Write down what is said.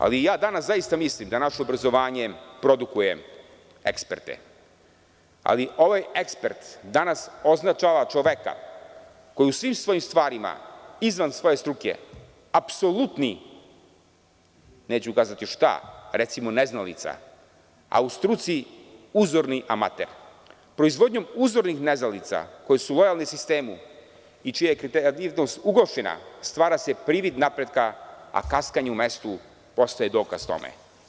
Ali, ja danas zaista mislim da naše obrazovanje produkuje eksperte, ali ovaj ekspert, danas označava čoveka koji u svim svojim stvarima izvan svoje struke, apsolutni, neću kazati šta, recimo neznalica, a u struci uzorni amater, proizvodnjom uzornih neznalica koji su lojalni sistemu, i čiji je kreativnost ugrožena, stvara se privid napretka, a kaskanje u mestu postaje dokaz tome.